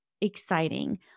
exciting